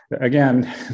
again